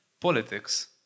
politics